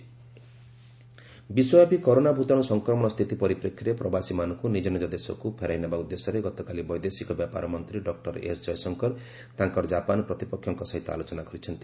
S Jaishankar ବିଶ୍ୱବ୍ୟାପି corona ଭୂତାଣୁ ସଂକ୍ରମଣ ସ୍ଥିତି ପରିପ୍ରେକ୍ଷୀରେ ପ୍ରବାସୀମାନଙ୍କୁ ନିଜ ନିଜ ଦେଶକୁ ଫେରାଇନେବା ଉଦ୍ଦେଶ୍ୟରେ ଗତକାଲି ବୈଦେଶିକ ବ୍ୟାପାର ମନ୍ତ୍ରୀ ଡକୁର ଏସ୍ ଜୟଶଙ୍କର ତାଙ୍କର ଜାପାନ ପ୍ରତିପକ୍ଷଙ୍କ ସହିତ ଆଲୋଚନା କରିଛନ୍ତି